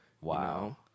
Wow